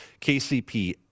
KCP